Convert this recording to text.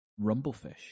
Rumblefish